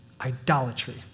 Idolatry